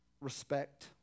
Respect